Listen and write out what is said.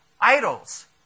idols